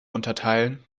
unterteilen